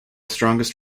strongest